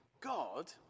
God